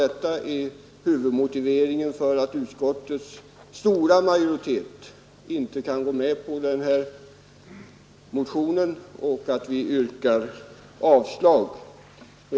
Detta är huvudmotiveringen för att utskottets stora majoritet inte kan tillstyrka den här motionen utan yrkar avslag på den.